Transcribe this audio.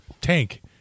tank